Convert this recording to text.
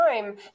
time